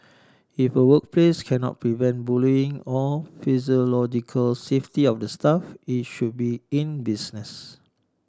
if a workplace cannot prevent bullying or psychological safety of the staff it should be in business